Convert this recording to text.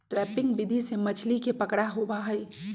trapping विधि से मछली के पकड़ा होबा हई